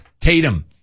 Tatum